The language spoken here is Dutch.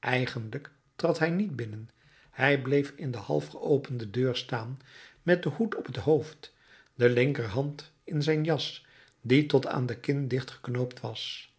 eigenlijk trad hij niet binnen hij bleef in de halfgeopende deur staan met den hoed op t hoofd de linkerhand in zijn jas die tot aan de kin dichtgeknoopt was